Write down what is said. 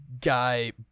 guy